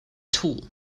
tool